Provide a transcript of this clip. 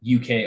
UK